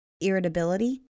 irritability